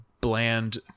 bland